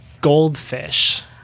goldfish